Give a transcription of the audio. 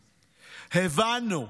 הבנו,